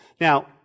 Now